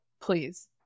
please